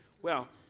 well,